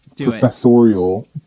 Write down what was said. professorial